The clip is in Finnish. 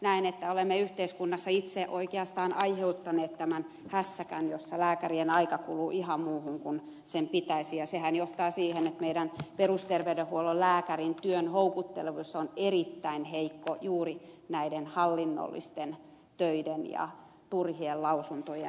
näen että olemme yhteiskunnassa itse oikeastaan aiheuttaneet tämän hässäkän jossa lääkärien aika kuluu ihan muuhun kuin sen pitäisi ja sehän johtaa siihen että meidän perusterveydenhuollon lääkärin työn houkuttelevuus on erittäin heikko juuri näiden hallinnollisten töiden ja turhien lausuntojen vuoksi